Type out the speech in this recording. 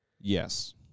Yes